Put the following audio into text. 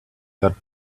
that